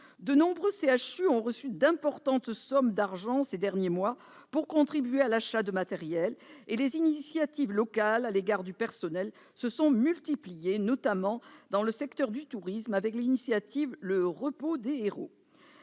De nombreux CHU ont reçu d'importantes sommes d'argent ces derniers mois pour contribuer à l'achat de matériel, et les initiatives locales à l'égard du personnel se sont multipliées, notamment dans le secteur du tourisme avec l'opération « le repos des héros ».